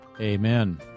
Amen